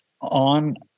on